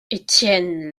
étienne